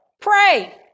Pray